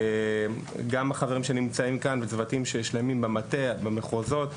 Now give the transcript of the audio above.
גם החברים שנמצאים כאן בצוותים במטה ובמחוזות,